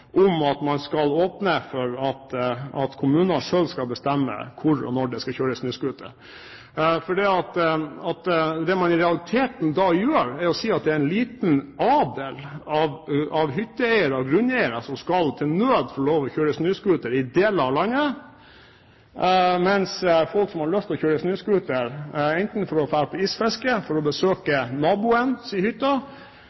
at man skal åpne for at kommunen selv skal bestemme hvor og når det skal kjøres snøscooter. Det man i realiteten da gjør, er å si at det er en liten adel av hytteeiere og grunneiere som til nød skal få lov til å kjøre snøscooter i deler av landet, mens folk som har lyst til å kjøre snøscooter, enten for å dra på isfiske, for å besøke